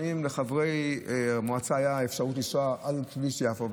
לפעמים לחברי המועצה הייתה אפשרות לנסוע על כביש יפו,